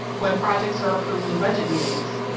when projects are approved in budget meetings,